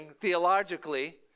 Theologically